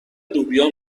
لوبیا